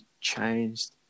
changed